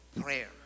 prayer